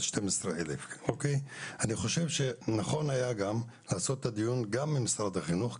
על 12 אלף - אני חושב שנכון היה גם לעשות את הדיון גם עם משרד החינוך,